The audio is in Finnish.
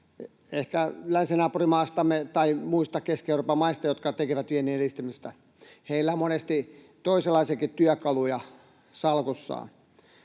ehkä länsinaapurimaastamme tai muista Keski-Euroopan maista, jotka tekevät viennin edistämistä. Heillä on monesti toisenkinlaisia työkaluja salkussaan.